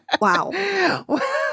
Wow